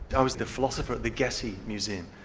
i was the philosopher at the getty museum,